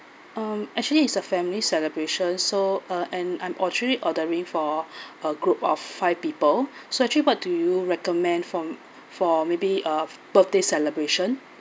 um actually it's a family celebration so uh and I actually ordering for a group of five people so actually what do you recommend from for maybe a birthday celebration